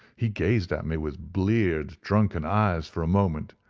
he gazed at me with bleared, drunken eyes for a moment,